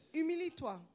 humilie-toi